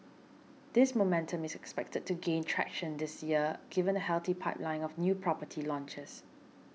this momentum is expected to gain traction this year given a healthy pipeline of new property launches